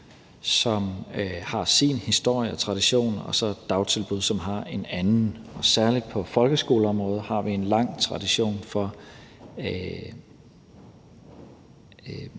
som har sin historie og tradition, og så dagtilbud, som har en anden, og særlig på folkeskoleområdet har vi en lang tradition for